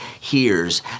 hears